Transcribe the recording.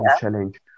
challenge